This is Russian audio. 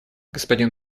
господин